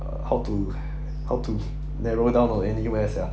how to how to narrow down on anywhere sia